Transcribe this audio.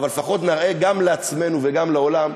אבל לפחות נראה, גם לעצמנו וגם לעולם,